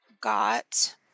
got